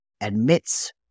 admits